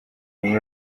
muri